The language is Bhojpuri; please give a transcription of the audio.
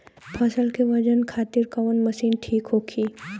फसल के वजन खातिर कवन मशीन ठीक होखि?